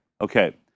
Okay